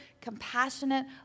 compassionate